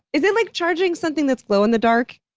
is it like charging something that's glow-in-the-dark?